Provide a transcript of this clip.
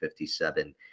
57